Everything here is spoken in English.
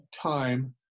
time